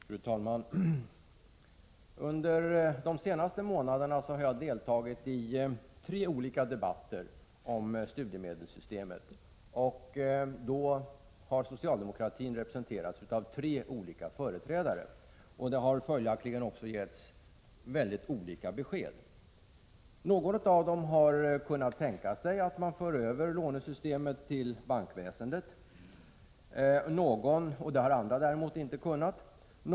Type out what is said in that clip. Fru talman! Under de senaste månaderna har jag deltagit i tre olika debatter om studiemedelssystemet. Därvid har socialdemokratin representerats av tre olika företrädare. Följaktligen har det givits mycket olika besked. Någon har kunnat tänka sig att lånesystemet fördes över till bankväsendet — det har andra däremot inte kunnat.